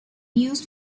used